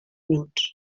minuts